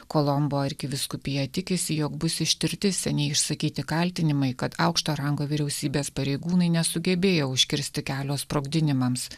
kolombo arkivyskupija tikisi jog bus ištirti seniai išsakyti kaltinimai kad aukšto rango vyriausybės pareigūnai nesugebėjo užkirsti kelio sprogdinimams